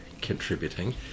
contributing